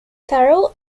farrell